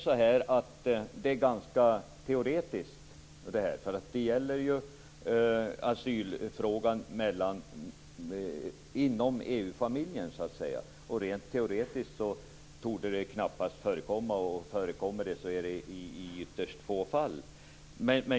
Det är ganska teoretiskt, därför att det gäller asylfrågan inom EU-familjen. Rent teoretiskt torde det knappast förekomma, och om det förekommer är det i ytterst få fall.